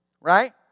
right